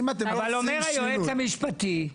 אבל אומר היועץ המשפטי: